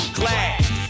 glass